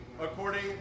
according